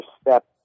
step